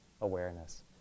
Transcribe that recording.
awareness